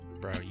bro